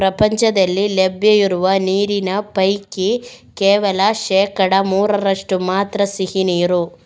ಪ್ರಪಂಚದಲ್ಲಿ ಲಭ್ಯ ಇರುವ ನೀರಿನ ಪೈಕಿ ಕೇವಲ ಶೇಕಡಾ ಮೂರರಷ್ಟು ಮಾತ್ರ ಸಿಹಿ ನೀರು